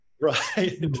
Right